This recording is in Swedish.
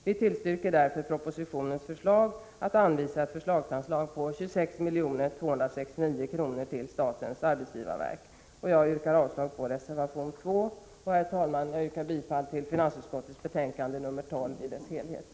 Vi tillstyrker därför propositionens förslag om anvisande av ett förslagsanslag om 26 269 000 kr. till statens arbetsgivarverk. Jag yrkar avslag på reservation nr 2. Herr talman! Jag yrkar bifall till utskottets hemställan i dess helhet i finansutskottets betänkande nr 12.